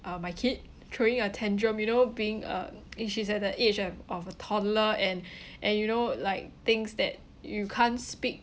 uh my kid throwing a tantrum you know being a uh she's at the age of of a toddler and and you know like things that you can't speak